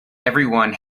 everyone